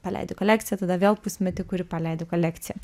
paleidi kolekciją tada vėl pusmetį kuri paleidi kolekciją